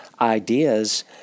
ideas